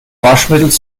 waschmittels